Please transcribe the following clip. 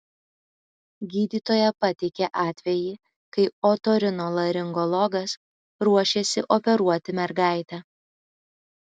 gydytoja pateikė atvejį kai otorinolaringologas ruošėsi operuoti mergaitę